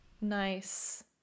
Nice